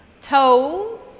Toes